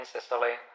Sicily